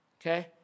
okay